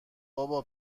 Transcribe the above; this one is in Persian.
بابا